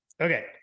Okay